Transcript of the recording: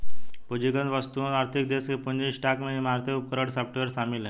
पूंजीगत वस्तुओं आर्थिक देश के पूंजी स्टॉक में इमारतें उपकरण सॉफ्टवेयर शामिल हैं